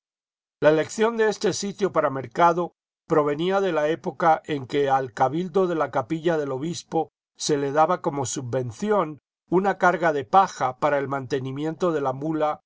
la elección de este sitio para mercado provenía de la época en que al cabildo de la capilla del obispo se le daba como subvención una carga de paja para el mantenimiento de la muía